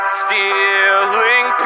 stealing